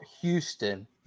Houston